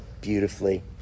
beautifully